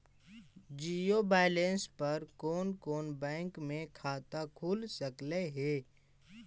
Zero balance पर कोन कोन बैंक में खाता खुल सकले हे?